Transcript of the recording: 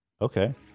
Okay